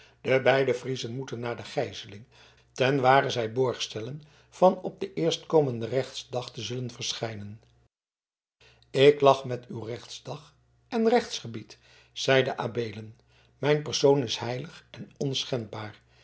de beide friezen moeten naar de gijzeling tenware zij borg stellen van op den eerstkomenden rechtsdag te zullen verschijnen ik lach met uw rechtsdag en rechtsgebied zeide adeelen mijn persoon is heilig en